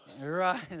Right